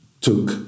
took